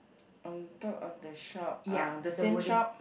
on top of the shop uh the same shop